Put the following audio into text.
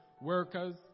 workers